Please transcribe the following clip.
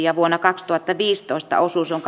ja vuonna kaksituhattaviisitoista osuus on